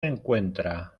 encuentra